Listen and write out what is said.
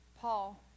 Paul